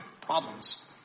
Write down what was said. problems